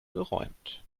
geräumt